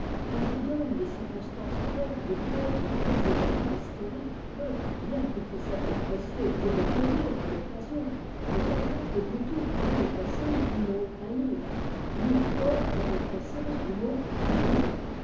ou vous donne les circonstances vraies de tels ou tels événements historiques peut bien qu'il puisse être précieux d'y recourir à l'occasion ne pas être du tout dans le vrai sens du mot un livre ni encore dans le vrai sens du mot à lire